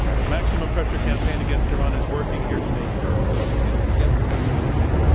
the maximum pressure campaign against iran is working. here to make her closing statement against the resolution,